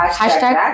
hashtag